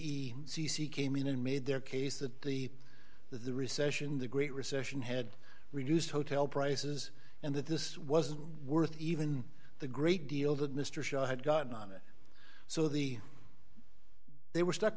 e c c came in and made their case that the the recession the great recession had reduced hotel prices and that this wasn't worth even the great deal that mr shaw had gotten on it so the they were stuck